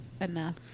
enough